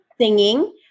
singing